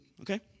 okay